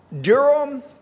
Durham